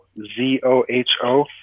Z-O-H-O